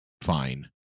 fine